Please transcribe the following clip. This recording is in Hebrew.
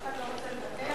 חברת הכנסת חנין זועבי,